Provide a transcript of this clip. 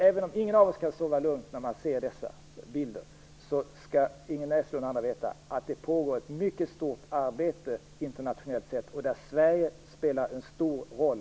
Även om ingen av oss kan sova lugnt när man ser bilderna från detta område skall Ingrid Näslund och andra veta att det pågår ett mycket stort arbete internationellt sett, och där spelar också Sverige en stor roll.